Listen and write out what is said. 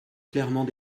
clairement